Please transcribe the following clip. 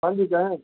ہاں جی کہیں